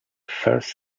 first